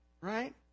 Right